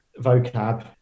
vocab